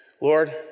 Lord